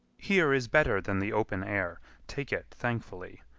here is better than the open air take it thankfully.